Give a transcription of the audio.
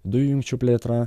dujų jungčių plėtra